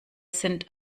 sind